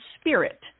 spirit